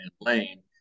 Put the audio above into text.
lane